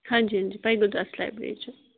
ਹਾਂਜੀ ਹਾਂਜੀ ਭਾਈ ਗੁਰਦਾਸ ਲਾਈਬ੍ਰੇਰੀ ਚੋਂ